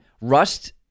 Rust